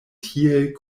tiel